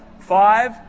Five